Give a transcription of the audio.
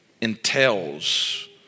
entails